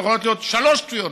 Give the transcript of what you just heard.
לא יכולות להיות שלוש תביעות.